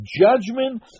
Judgment